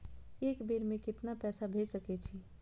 एक बेर में केतना पैसा भेज सके छी?